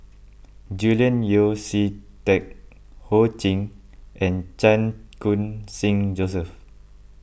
Julian Yeo See Teck Ho Ching and Chan Khun Sing Joseph